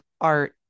art